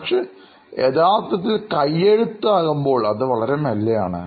പക്ഷെ യഥാർത്ഥത്തിൽ കയ്യെഴുത്ത് ആകുമ്പോൾ അത് വളരെ മന്ദഗതിയിലാണ്